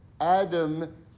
Adam